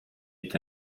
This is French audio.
est